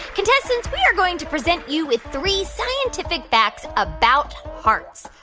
contestants, we are going to present you with three scientific facts about hearts.